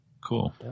cool